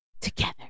together